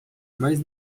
mais